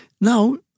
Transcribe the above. Now